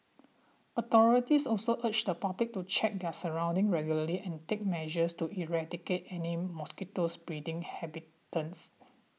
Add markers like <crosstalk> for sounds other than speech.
authorities also urge the public to check their surroundings regularly and take measures to eradicate any mosquito <unintelligible> breeding habitats